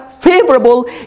favorable